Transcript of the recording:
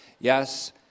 Yes